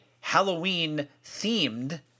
Halloween-themed